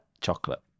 Chocolate